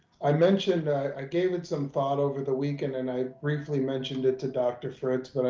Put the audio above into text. i mentioned, i gave it some thought over the weekend and i briefly mentioned it to dr. fritz, but